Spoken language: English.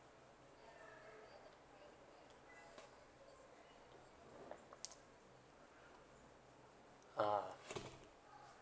ah